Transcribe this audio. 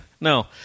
No